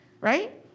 right